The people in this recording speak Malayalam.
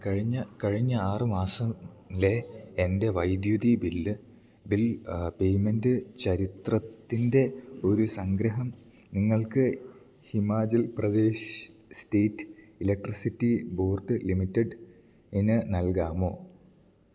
കഴിഞ്ഞ കഴിഞ്ഞ ആറു മാസത്തിലെ എൻ്റെ വൈദ്യുതി ബില്ല് ബിൽ പേയ്മെൻ്റ് ചരിത്രത്തിൻ്റെ ഒരു സംഗ്രഹം നിങ്ങൾക്ക് Himachal Pradesh state electricity board ലിമിറ്റഡിന് നൽകാമോ